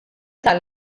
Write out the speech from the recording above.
tal